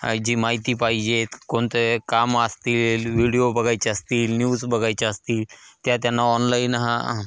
जी माहिती पाहिजेत कोणते कामं असतील व्हिडिओ बघायचे असतील न्यूज बघायचे असतील त्या त्यांना ऑनलाईन हा